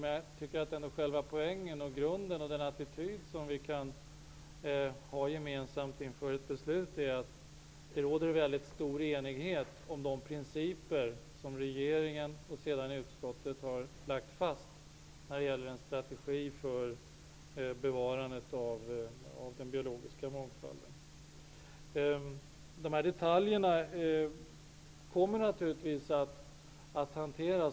Men själva poängen, grunden och attityden som kan vara gemensam inför ett beslut är att det råder en väldigt stor enighet om de principer som regeringen, och sedermera utskottet, har lagt fast när det gäller en strategi för bevarandet av den biologiska mångfalden. Dessa detaljer kommer naturligtvis att hanteras.